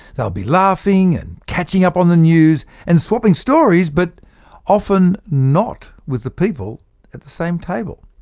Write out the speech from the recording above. they will be laughing and catching up on the news and swapping stories but often not with the people at the same table.